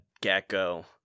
gecko